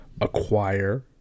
acquire